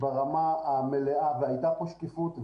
ברמה המלאה, והייתה כאן שקיפות.